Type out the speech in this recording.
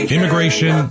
Immigration